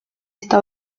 esta